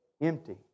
empty